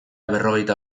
berrogeita